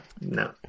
No